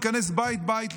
להיכנס בית-בית,